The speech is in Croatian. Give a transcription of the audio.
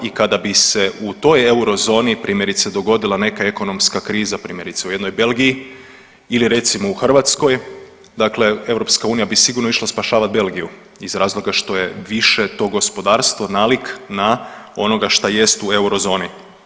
I kada bi se u toj eurozoni, primjerice dogodila neka ekonomska kriza, primjerice u jednoj Belgiji ili recimo u Hrvatskoj, dakle EU bi sigurno išla spašavati Belgiju iz razloga što je više to gospodarstvo nalik na onog što jest u eurozoni.